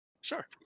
Sure